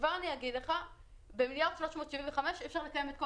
וכבר אני אגיד שב-1.375 מיליארד אי אפשר לקיים את כל